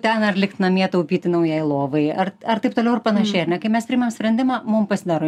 ten ar likt namie taupyti naujai lovai ar ar taip toliau ir panašiai ar ne kai mes priimam sprendimą mum pasidaro